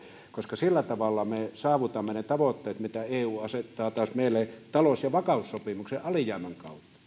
koska sillä tavalla me saavutamme ne tavoitteet mitä eu taas asettaa meidän alijäämälle talous ja vakaussopimuksen kautta eli